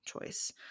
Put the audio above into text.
choice